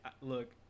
look